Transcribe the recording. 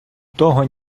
того